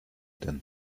denn